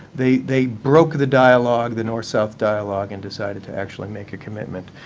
they they broke the dialogue, the north-south dialogue, and decided to actually make a commitment.